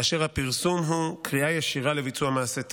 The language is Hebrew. כאשר הפרסום הוא קריאה ישירה לביצוע מעשי טרור,